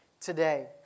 today